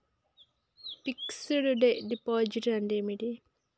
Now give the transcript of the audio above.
Fix డ్ deposit అంటే ఏమిటి?